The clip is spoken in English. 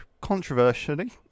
controversially